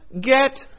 get